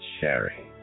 sherry